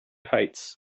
heights